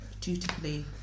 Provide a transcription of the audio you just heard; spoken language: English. dutifully